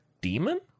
demon